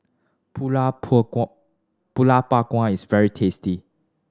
pulut Pulut Panggang is very tasty